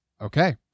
Okay